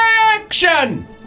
Action